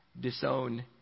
disown